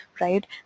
right